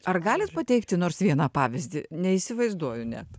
ar galit pateikti nors vieną pavyzdį neįsivaizduoju net